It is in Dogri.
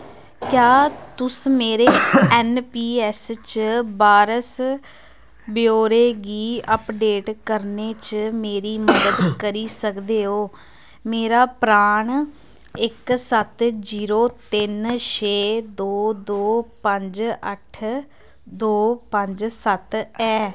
क्या तुस मेरे एन पी एस च वारस ब्यौरे गी अपडेट करने च मेरी मदद करी सकदे ओ मेरा परान इक सत्त जीरो तिन छे दो दो पंज अट्ठ दो पंज सत्त ऐ